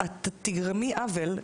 את תגרמי עוול,